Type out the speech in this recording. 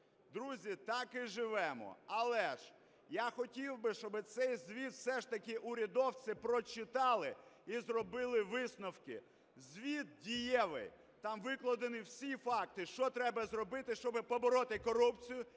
Друзі, так і живемо. Але ж я хотів би, щоб цей звіт все ж таки урядовці прочитали і зробили висновки. Звіт дієвий, там викладені всі факти, що треба зробити, щоб побороти корупцію